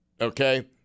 okay